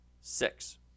six